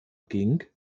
ging